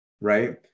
right